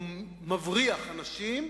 או מבריח אנשים,